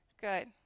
Good